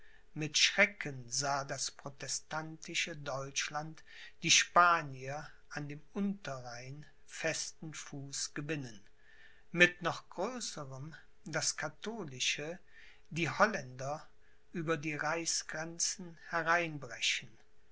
mit schrecken sah das protestantische deutschland die spanier an dem unterrhein festen fuß gewinnen mit noch größerem das katholische die holländer über die reichsgrenzen hereinbrechen